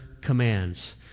commands